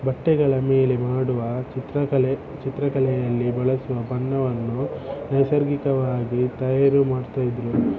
ಬಟ್ಟೆಗಳ ಮೇಲೆ ಮಾಡುವ ಚಿತ್ರಕಲೆ ಚಿತ್ರಕಲೆಯಲ್ಲಿ ಬಳಸುವ ಬಣ್ಣವನ್ನು ನೈಸರ್ಗಿಕವಾಗಿ ತಯಾರಿ ಮಾಡ್ತಾ ಇದ್ದರು